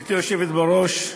גברתי היושבת בראש,